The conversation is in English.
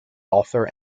author